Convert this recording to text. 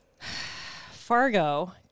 Fargo